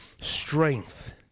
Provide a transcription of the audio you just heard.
strength